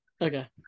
Okay